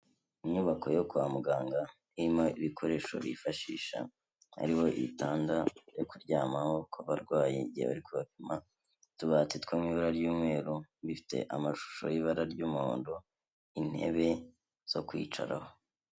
Inyubako yo kwa muganga irimo ibikoresho bifashisha hariho ibitanga byo kuryama ku barwayi igihe bari kubapima, utubati two mu ibara ry'umweru bifite amashusho y'ibara ry'umuhondo intebe zo kwicaraho.